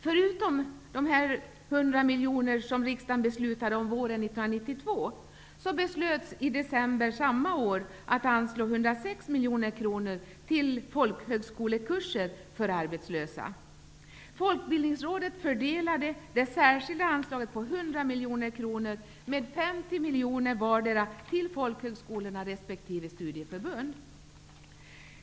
Förutom de 100 miljoner kronor som riksdagen fattade beslut om våren 1992 beslöts i december samma år att 106 miljoner kronor skulle anslås till folkhögskolekurser för arbetslösa.